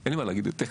אין לי מה להגיד יותר.